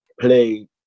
play